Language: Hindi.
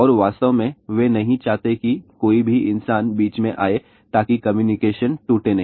और वास्तव में वे नहीं चाहते कि कोई भी इंसान बीच में आए ताकि कम्युनिकेशन टूटे नहीं